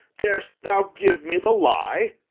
darest thou give me the lie?